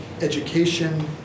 Education